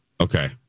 Okay